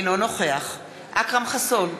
אינו נוכח אכרם חסון,